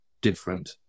different